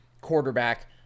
quarterback